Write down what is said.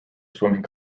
swimming